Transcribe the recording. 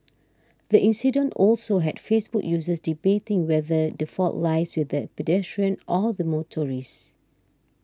the accident also had Facebook users debating whether the fault lies with the pedestrian or the motorcyclist